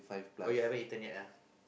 oh you haven't eaten yet ah